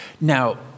Now